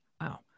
Wow